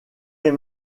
les